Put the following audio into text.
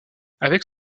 avec